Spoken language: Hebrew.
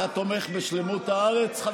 אתה תומך בשלמות הארץ?